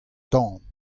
tan